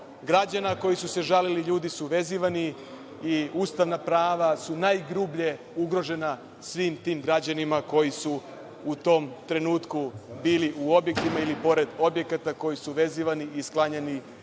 građana koji su se žalili, ljudi su vezivani i ustavna prava su najgrublje ugrožena svim tim građanima koji su u tom trenutku bili u objektima ili pored objekata, koji su vezivani i sklanjani